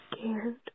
scared